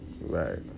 Right